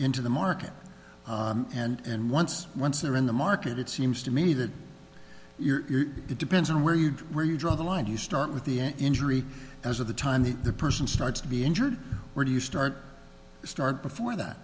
into the market and once once they're in the market it seems to me that you're it depends on where you were you draw the line you start with the injury as of the time the the person starts to be injured where do you start start before that